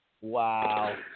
Wow